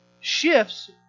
shifts